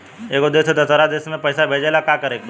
एगो देश से दशहरा देश मे पैसा भेजे ला का करेके होई?